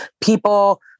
People